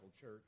Church